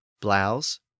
blouse